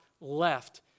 left